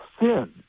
sin